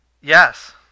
Yes